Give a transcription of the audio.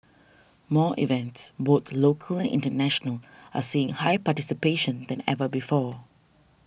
more events both local and international are seeing higher participation than ever before